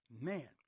Man